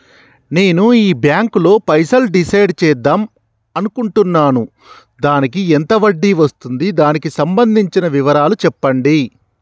నేను ఈ బ్యాంకులో పైసలు డిసైడ్ చేద్దాం అనుకుంటున్నాను దానికి ఎంత వడ్డీ వస్తుంది దానికి సంబంధించిన వివరాలు చెప్పండి?